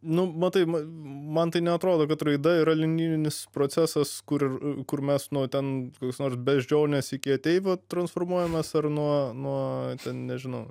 nu matai man tai neatrodo kad raida yra linijinis procesas kur kur mes nuo ten kokios nors beždžionės iki ateivių transformuojamės ar nuo nuo ten nežinau